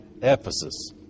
Ephesus